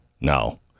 No